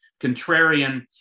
contrarian